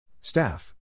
Staff